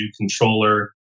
controller